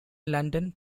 london